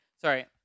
Sorry